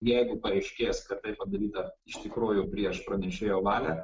jeigu paaiškės kad tai padaryta iš tikrųjų prieš pranešėjo valią